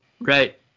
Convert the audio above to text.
Right